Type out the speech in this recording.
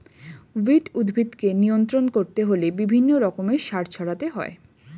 weed উদ্ভিদকে নিয়ন্ত্রণ করতে হলে বিভিন্ন রকমের সার ছড়াতে হয়